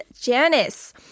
Janice